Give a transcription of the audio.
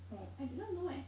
orh I didn't know eh